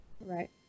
Right